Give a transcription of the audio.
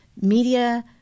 media